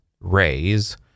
raise